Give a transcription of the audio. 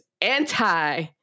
anti